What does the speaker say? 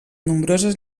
nombroses